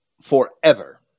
forever